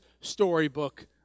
Storybook